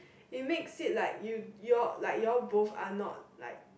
it makes it like you your like your both are not like